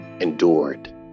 endured